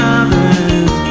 others